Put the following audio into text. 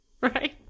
right